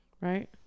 right